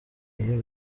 iyo